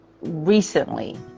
recently